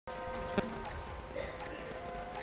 মাটিতে অলেক রকমের পকা মাকড় থাক্যে যেমল কেঁচ, কাটুই পকা